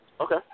Okay